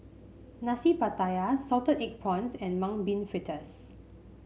Nasi Pattaya Salted Egg Prawns and Mung Bean Fritters